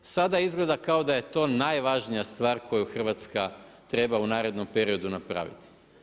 Sada izgleda kao da je to najvažnija stvar koju Hrvatska treba u narednom periodu napraviti.